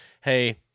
hey